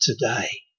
today